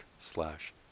slash